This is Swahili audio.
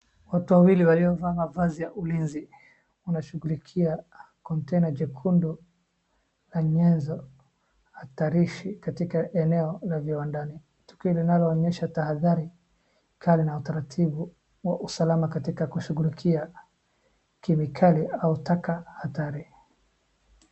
Watu wawili waliovaa mavazi ya ulinzi wanashughulikia container jekundu na mienzo hatarishi katika eneo la viwandani. Tukio linaonyesha tahadhari kali na utaratibu wa usalama katika kushughlikia kemikali au taka hatari.